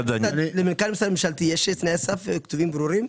למנכ"ל משרד ממשלתי יש תנאי סף כתובים ברורים?